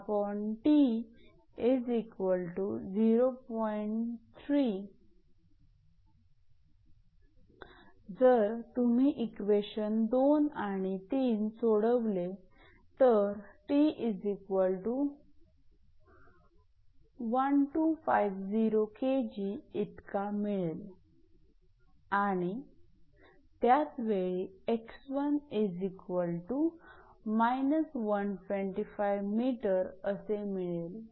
जर तुम्ही इक्वेशन 2 आणि 3 सोडवले तर 𝑇1250 𝐾𝑔 इतका मिळेल आणि त्याच वेळी 𝑥1−125 𝑚 असे मिळेल